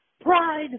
pride